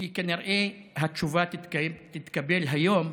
כי כנראה התשובה תתקבל היום,